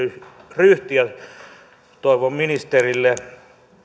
ryhti toivon ministerille